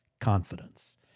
confidence